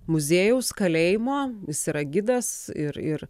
muziejaus kalėjimo jis yra gidas ir ir